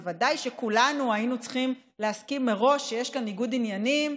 בוודאי שכולנו היינו צריכים להסכים מראש שיש כאן ניגוד עניינים,